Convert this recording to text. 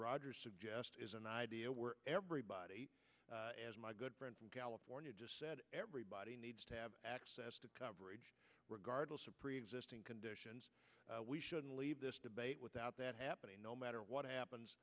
rogers suggest is an idea where everybody as my good friend from california just said everybody needs to have coverage regardless of preexisting conditions we shouldn't leave this debate without that happening no matter what happens